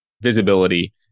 visibility